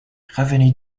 revenue